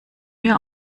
mir